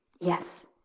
Yes